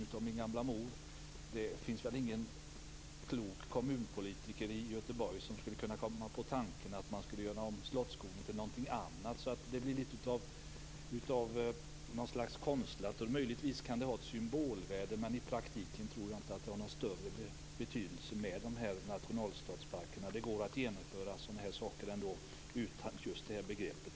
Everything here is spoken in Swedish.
Jag utgår från att det inte finns någon klok kommunpolitiker i Göteborg som skulle komma på tanken att göra om Slottsskogen till någonting annat. Det blir konstlat på något sätt. Möjligtvis kan de ha ett symbolvärde, men jag tror inte att nationalstadsparkerna har någon större betydelse i praktiken. Det går att genomföra sådana här saker utan just det begreppet.